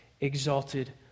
exalted